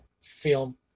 film